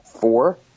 Four